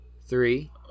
Three